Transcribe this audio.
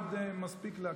מעמד מספיק לקהילה?